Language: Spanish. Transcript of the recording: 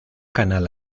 canal